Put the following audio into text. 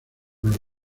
los